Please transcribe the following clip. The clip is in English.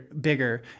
bigger